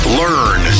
learn